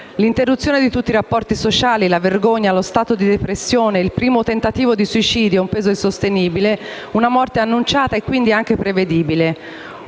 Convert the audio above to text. L'interruzione di tutti i rapporti sociali, la vergogna, lo stato di depressione, il primo tentativo di suicidio, un peso insostenibile, una morte annunciata e quindi anche prevedibile: